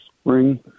spring